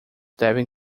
deve